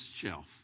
shelf